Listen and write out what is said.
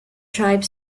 tribe